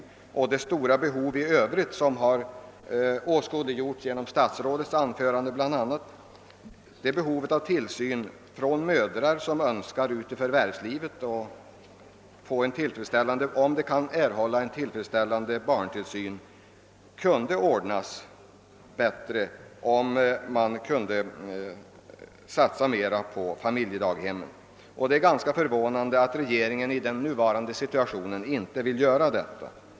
Det har klart åskådliggjorts bl.a. genom =: barntillsynsutredningen och statsrådets anförande, att många mödrar önskar gå ut i förvärvslivet om de kan erhålla en tillfredsställande barntillsyn. Det är därför förvånande att regeringen i den nuvarande situationen inte vill satsa mer på familjedaghemmen.